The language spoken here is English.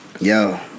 Yo